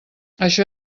això